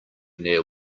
near